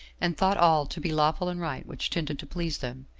and thought all to be lawful and right which tended to please them,